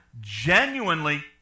genuinely